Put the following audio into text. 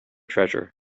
treasure